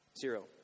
Zero